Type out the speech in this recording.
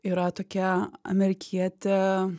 yra tokia amerikietė